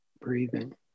breathing